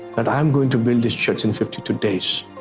and i'm going to build this church in fifty two days,